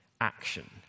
action